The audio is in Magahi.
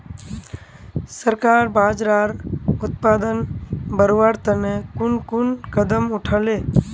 सरकार बाजरार उत्पादन बढ़वार तने कुन कुन कदम उठा ले